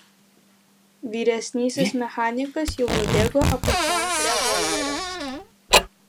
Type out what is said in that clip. vyresnysis mechanikas jau nubėgo apačion revolverio